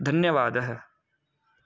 धन्यवादः